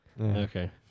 Okay